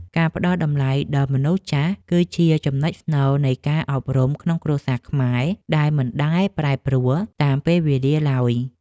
ការផ្ដល់តម្លៃដល់មនុស្សចាស់ គឺជាចំណុចស្នូលនៃការអប់រំក្នុងគ្រួសារខ្មែរដែលមិនដែលប្រែប្រួលតាមពេលវេលាឡើយ។